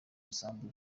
n’isambu